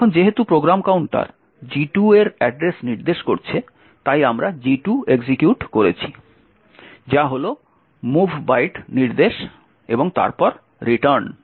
এখন যেহেতু program counter G2 এর অ্যাড্রেস নির্দেশ করছে তাই আমরা G2 এক্সিকিউট করেছি যা হল mov byte নির্দেশ এবং তারপর রিটার্ন